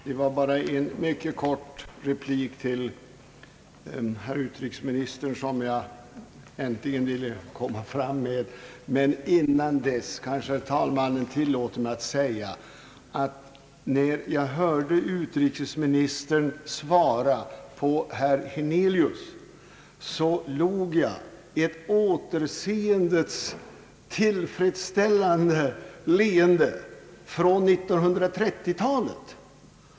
Herr talman! Det är en mycket kort replik till herr utrikesministern som jag äntligen skall framföra. Innan dess kanske herr talmannen tillåter mig att säga, att när jag hörde utrikesministern svara på herr Hernelius frågor så log jag ett återseendets tillfredsställande leende från 1930-talet.